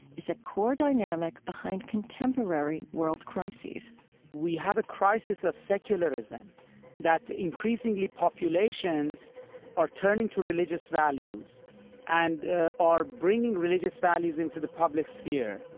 is a core dynamic behind contemporary world crises we have a crisis of secularism that, increasingly, populations are turning to religious values and are bringing religious values into the public sphere.